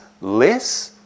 less